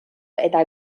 eta